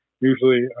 Usually